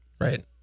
Right